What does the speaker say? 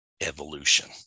evolution